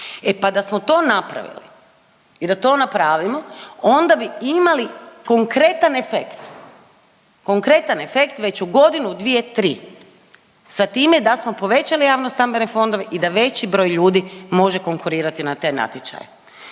E pa da smo to napravili i da to napravimo onda bi imali konkretan efekt, konkretan efekt već u godinu, dvije, tri sa time da smo povećali javno-stambene fondove i da veći broj ljudi može konkurirati na te natječaje.